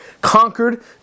conquered